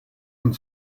and